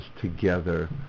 together